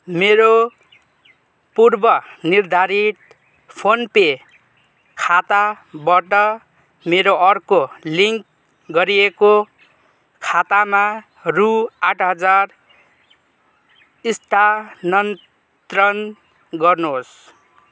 मेरो पूर्वनिर्धारित PhonePe खाताबाट मेरो अर्को लिङ्क गरिएको खातामा रू आठ हजार स्थानान्तरण गर्नुहोस्